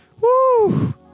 Woo